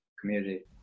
community